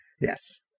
Yes